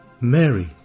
Mary